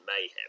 mayhem